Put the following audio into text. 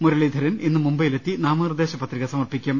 മുരളീധരൻ ഇന്ന് മുംബൈയി ലെത്തി നാമനിർദ്ദേശപത്രിക സമർപ്പിക്കും